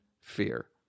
fear